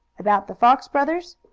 about the fox brothers?